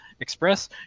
Express